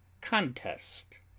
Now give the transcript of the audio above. contest